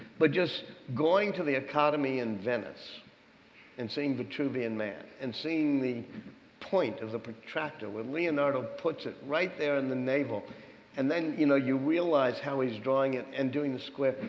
but just going to the accademia in venice and seeing vitruvian man and seeing the point of the protractor where leonardo puts it right there in the navel and then, you know, you realize how he's drawing it and doing the square.